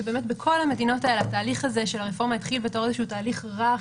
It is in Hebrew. שבכל המדינות האלה התהליך הזה של הרפורמה התחיל בתור תהליך רך,